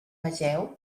vegeu